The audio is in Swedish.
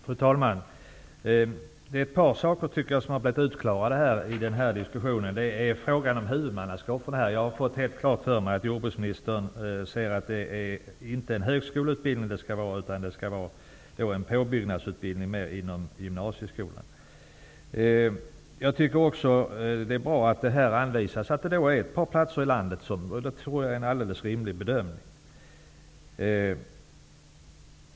Fru talman! Det är ett par saker som har klarats ut i den här diskussionen. Det är bl.a. frågan om huvudmannaskapet. Jag har fått helt klart för mig att jordbruksministern anser att det inte skall vara en högskoleutbildning utan en påbyggnadsutbildning inom gymnasieskolan. Jag tycker också att det är bra att det här anvisas att den skall anordnas på ett par platser i landet. Det tror jag är en helt rimlig bedömning.